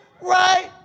right